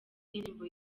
indirimbo